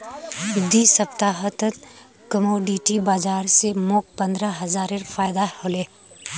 दी सप्ताहत कमोडिटी बाजार स मोक पंद्रह हजारेर फायदा हले